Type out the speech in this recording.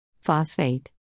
Phosphate